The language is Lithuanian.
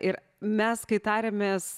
ir mes kai tarėmės